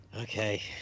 Okay